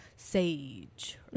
Sage